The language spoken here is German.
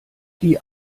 die